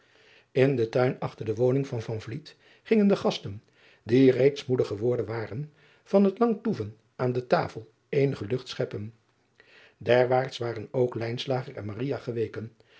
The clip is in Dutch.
n den tuin achter de driaan oosjes zn et leven van aurits ijnslager woning van gingen de gasten die reeds moede geworden waren van het lang toeven aan de tafel eenige lucht scheppen erwaarts waren ook en geweken